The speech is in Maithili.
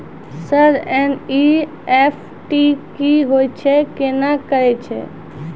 सर एन.ई.एफ.टी की होय छै, केना करे छै?